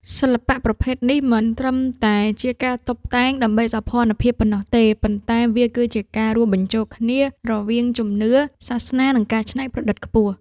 សិល្បៈប្រភេទនេះមិនត្រឹមតែជាការតុបតែងដើម្បីសោភ័ណភាពប៉ុណ្ណោះទេ ប៉ុន្តែវាគឺជាការរួមបញ្ចូលគ្នារវាងជំនឿ សាសនា និងការច្នៃប្រឌិតខ្ពស់។